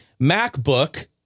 MacBook